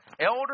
elder